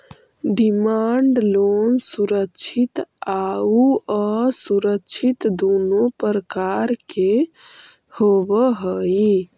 demand loan सुरक्षित आउ असुरक्षित दुनों प्रकार के होवऽ हइ